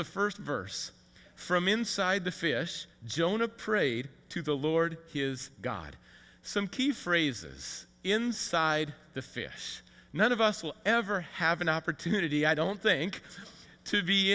the first verse from inside the fish jonah prayed to the lord his god some key phrases inside the fish none of us will ever have an opportunity i don't think to be